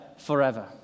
Forever